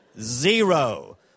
Zero